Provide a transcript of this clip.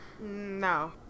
No